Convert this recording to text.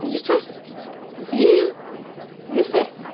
یہِ چھِ اَسہِ دیٖن یُس اَسہِ